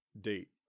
Date